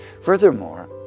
Furthermore